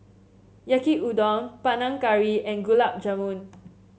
Yaki Udon Panang Curry and Gulab Jamun